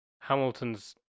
Hamilton's